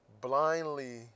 blindly